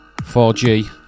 4G